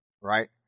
right